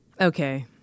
Okay